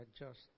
adjust